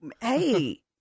Hey